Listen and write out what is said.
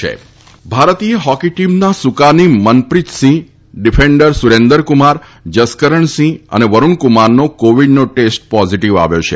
Indian hockey ભારતીય hockey ટીમના સુકાની મનપ્રીતસિંહ ડિફેન્ડર સુરેન્દર કુમાર જસકરણ સિંહ અને વરૂણકુમારનો કોવીડનો ટેસ્ટ પોઝીટીવ આવ્યો છે